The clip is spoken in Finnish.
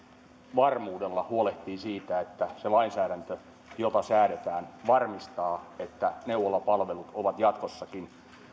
varmuudella huolehtii siitä että se lainsäädäntö joka säädetään varmistaa että neuvolapalvelut ovat jatkossakin